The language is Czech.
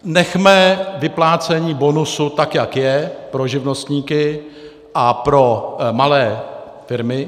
Nechme vyplácení bonusu tak, jak je, pro živnostníky a malé firmy.